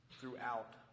throughout